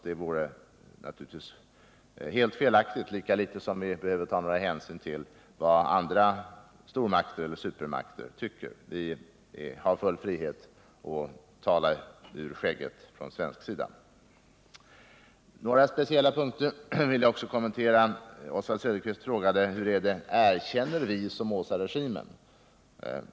Det vore naturligtvis helt felaktigt, lika litet som vi 31 behöver ta någon hänsyn till vad andra stormakter eller supermakter tycker. Vi har full frihet att från svensk sida tala ur skägget. Jag vill också kommentera några speciella punkter. Oswald Söderqvist frågade om vi erkänner Somozaregimen.